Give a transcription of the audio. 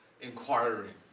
inquiring